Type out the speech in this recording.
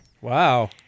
Wow